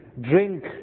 drink